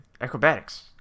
acrobatics